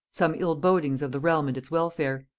some ill-bodings of the realm and its welfare.